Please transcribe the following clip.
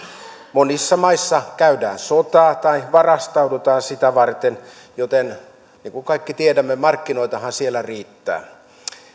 monissa maissa käydään sotaa tai varustaudutaan sitä varten joten niin kuin kaikki tiedämme markkinoitahan siellä riittää